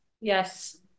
Yes